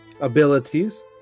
abilities